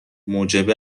موجب